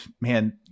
man